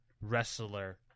wrestler